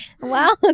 Wow